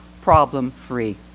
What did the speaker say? problem-free